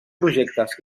projectes